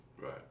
Right